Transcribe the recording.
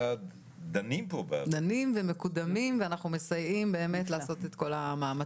דנים ומקודמים ואנחנו מסייעים באמת לעשות את כל המאמצים.